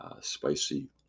spicy